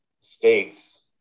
states